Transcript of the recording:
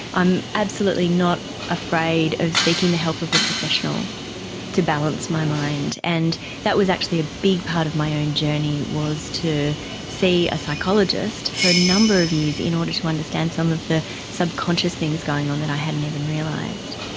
i'm absolutely not afraid of seeking the help of a professional to balance my mind, and that was actually a big part of my own journey, was to see a psychologist for a number of years in order to understand some of the subconscious things going on that i hadn't even realised.